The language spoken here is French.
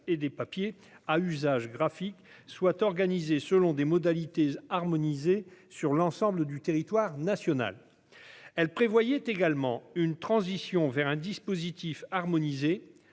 et des papiers à usage graphique soit organisée selon des modalités harmonisées sur l'ensemble du territoire national. Elle prévoyait également une transition vers un dispositif harmonisé,